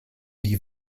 die